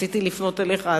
רציתי לפנות אליך,